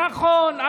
נכון.